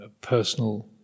personal